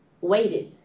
waited